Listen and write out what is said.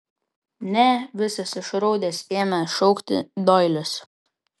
ne visas išraudęs ėmė šaukti doilis